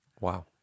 Wow